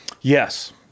Yes